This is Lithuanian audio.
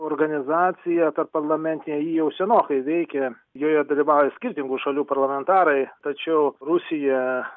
organizacija tarpparlamentinė ji jau senokai veikia joje dalyvauja skirtingų šalių parlamentarai tačiau rusija